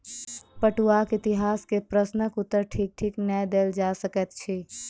पटुआक इतिहास के प्रश्नक उत्तर ठीक ठीक नै देल जा सकैत अछि